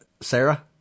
Sarah